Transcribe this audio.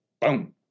Boom